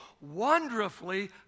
wonderfully